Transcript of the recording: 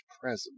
present